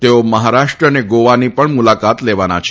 તેઓ મહારાષ્ટ્ર અને ગોવાની પણ મુલાકાત લેવાના છે